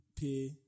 pay